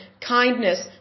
kindness